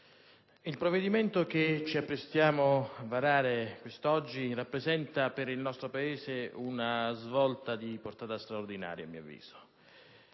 il provvedimento che ci apprestiamo a varare quest'oggi rappresenta per il nostro Paese una svolta di portata straordinaria. La